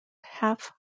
half